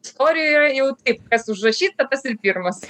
istorijoje yra jau taip kas užrašyta tas ir pirmas